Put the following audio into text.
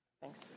Thanks